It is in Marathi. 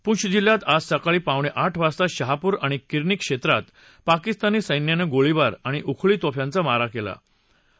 पूंछ जिल्ह्यात आज सकाळी पावणक्वीठ वाजता शहापूर आणि किरनी क्षक्वित पाकिस्तानी सैन्यानं गोळीबार आणि उखळी तोफ्यांचा मारा कल्ती